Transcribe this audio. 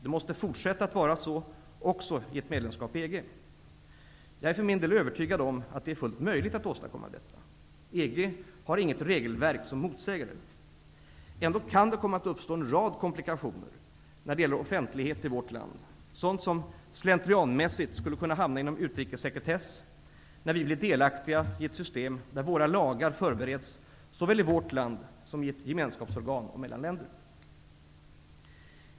Det måste fortsätta att vara så också i ett medlemskap i EG. Jag är för min del övertygad om att det är fullt möjligt att åstadkomma detta. EG har inget regelverk som motsäger det. Ändå kan det komma att uppstå en rad komplikationer när det gäller offentlighet i vårt land, sådant som slentrianmässigt skulle kunna hamna inom utrikessekretess när vi blir delaktiga i ett system där våra lagar förbereds såväl i vårt land som i ett gemenskapsorgan.